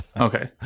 Okay